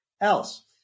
else